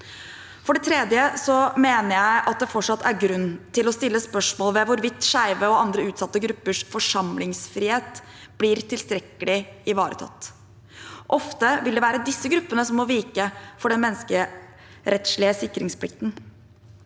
For det tredje mener jeg at det fortsatt er grunn til å sette spørsmålstegn ved hvorvidt skeive og andre utsatte gruppers forsamlingsfrihet blir tilstrekkelig ivaretatt. Ofte vil det være disse gruppene som må vike for den menneskerettslige sikringsplikten.